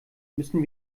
müssen